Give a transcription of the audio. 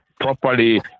properly